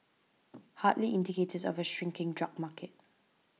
hardly indicators of a shrinking drug market